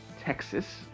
Texas